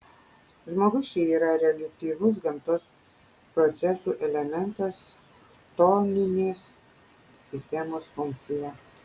žmogus čia yra reliatyvus gamtos procesų elementas chtoninės sistemos funkcija